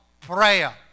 prayer